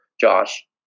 Josh